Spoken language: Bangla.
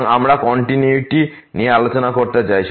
সুতরাং আমরা কন্টিনিউয়িটি নিয়ে আলোচনা করতে চাই